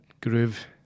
groove